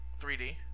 3D